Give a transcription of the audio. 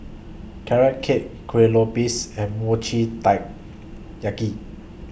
Carrot Cake Kueh Lopes and Mochi Taiyaki